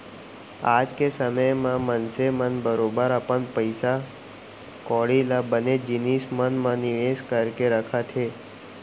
आज के समे म मनसे मन बरोबर अपन पइसा कौड़ी ल बनेच जिनिस मन म निवेस करके रखत हें